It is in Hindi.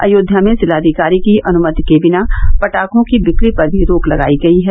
अयोध्या में जिलाधिकारी के अनुमति के बिना पटाखों की बिक्री पर भी रोक लगायी गयी है